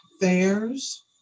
fairs